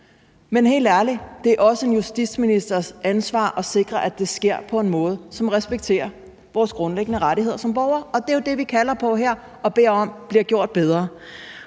det er også en justitsministers ansvar at sikre, at det sker på en måde, som respekterer vores grundlæggende rettigheder som borgere. Og det er jo det, vi kalder på her og beder om bliver gjort bedre.